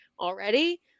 already